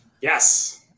Yes